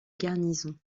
garnison